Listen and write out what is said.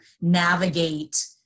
navigate